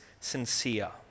sincere